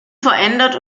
verändert